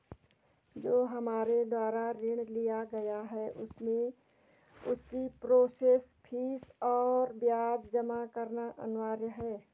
जो हमारे द्वारा ऋण लिया गया है उसमें उसकी प्रोसेस फीस और ब्याज जमा करना अनिवार्य है?